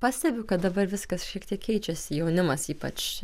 pastebiu kad dabar viskas šiek tiek keičiasi jaunimas ypač